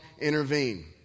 intervene